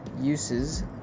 uses